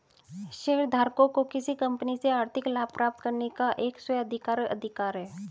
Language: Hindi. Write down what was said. शेयरधारकों को किसी कंपनी से आर्थिक लाभ प्राप्त करने का एक स्व अधिकार अधिकार है